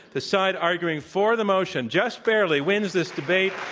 the side arguing for the motion, just barely wins this debate.